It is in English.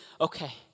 okay